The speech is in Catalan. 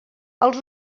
els